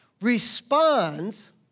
responds